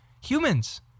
humans